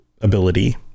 ability